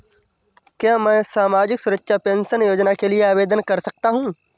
क्या मैं सामाजिक सुरक्षा पेंशन योजना के लिए आवेदन कर सकता हूँ?